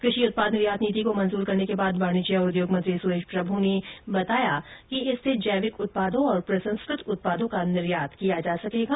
कृषि उत्पाद निर्यात नीति को मंजूर करने के बाद वाणिज्य और उद्योग मंत्री सुरेश प्रभू ने संवाददाताओं को बताया कि इससे जैविक उत्पादों तथा प्रसंस्कृत उत्पादों का निर्यात किया जा सकेगा